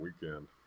weekend